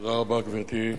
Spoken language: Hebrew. תודה רבה, גברתי.